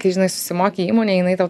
kai žinai susimoki įmonei jinai tau